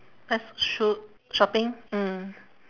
let's choo~ shopping mm